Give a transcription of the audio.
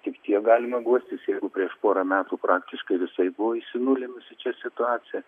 tik tiek galima guostis jeigu prieš porą metų praktiškai visai buvo įsinulinusi čia situacija